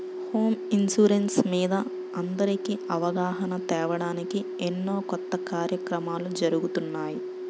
home insurance మీద అందరికీ అవగాహన తేవడానికి ఎన్నో కొత్త కార్యక్రమాలు జరుగుతున్నాయి